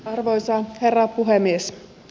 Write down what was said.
arvoisa herra puhemies